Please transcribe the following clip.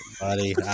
buddy